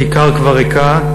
הכיכר כבר ריקה,